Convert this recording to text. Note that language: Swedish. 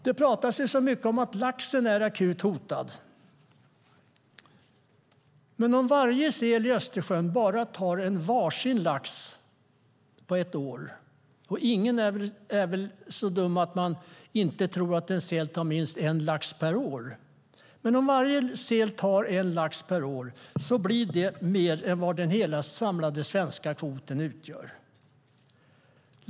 Det talas mycket om att laxen är akut hotad, men om varje säl i Östersjön tar var sin lax på ett år - och ingen är väl dum nog att tro att en säl bara tar en lax om året - blir det mer än vad hela den samlade svenska kvoten utgör.